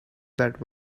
that